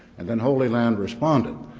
and then holy land responded,